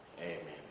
Amen